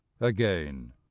again